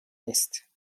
نیست